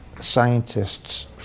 scientists